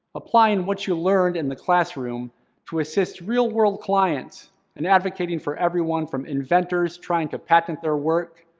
applying what you learned in the classroom to assist real-world clients and advocating for everyone from inventors trying to patent their work,